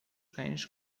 cães